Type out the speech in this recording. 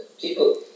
people